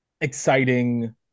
exciting